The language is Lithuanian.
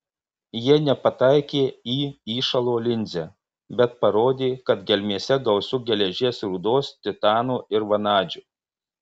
jie nepataikė į įšalo linzę bet parodė kad gelmėse gausu geležies rūdos titano ir vanadžio